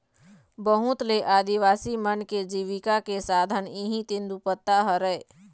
बहुत ले आदिवासी मन के जिविका के साधन इहीं तेंदूपत्ता हरय